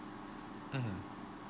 mmhmm